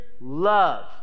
love